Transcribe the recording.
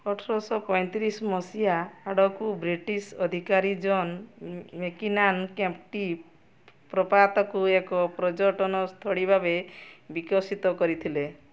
ଅଠରଶହ ପଇଁତିରିଶ ମସିହା ଆଡ଼କୁ ବ୍ରିଟିଶ୍ ଅଧିକାରୀ ଜନ୍ ମେକିନାନ୍ କେମ୍ପ୍ଟି ପ୍ରପାତକୁ ଏକ ପର୍ଯ୍ୟଟନ ସ୍ଥଳୀ ଭାବେ ବିକଶିତ କରିଥିଲେ